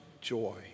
joy